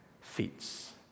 feats